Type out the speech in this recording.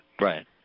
Right